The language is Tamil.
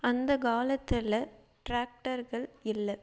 அந்த காலத்தில் டிராக்டர்கள் இல்லை